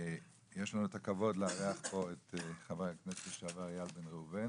יש לנו את הכבוד לאחר פה את חבר הכנסת לשעבר אייל בן ראובן,